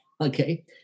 okay